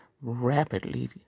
rapidly